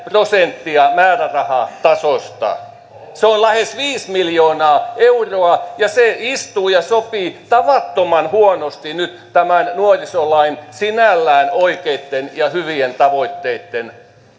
prosenttia määrärahatasosta se on lähes viisi miljoonaa euroa ja se istuu ja sopii tavattoman huonosti nyt tämän nuorisolain sinällään oikeitten ja hyvien tavoitteitten